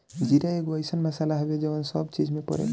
जीरा एगो अइसन मसाला हवे जवन सब चीज में पड़ेला